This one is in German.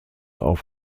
auf